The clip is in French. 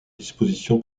disposition